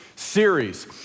Series